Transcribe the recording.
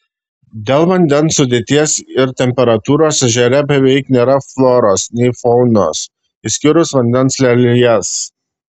dėl vandens sudėties ir temperatūros ežere beveik nėra floros nei faunos išskyrus vandens lelijas